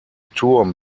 turm